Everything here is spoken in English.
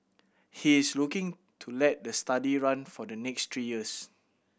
he is looking to let the study run for the next three years